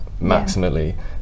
maximally